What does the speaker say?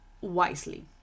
wisely